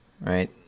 right